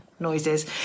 noises